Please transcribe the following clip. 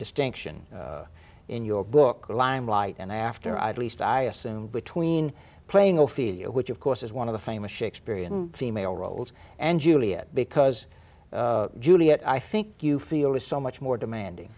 distinction in your book limelight and after i'd least i assume between playing or fear which of course is one of the famous shakespearean female roles and juliet because juliet i think you feel is so much more demanding